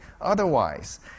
otherwise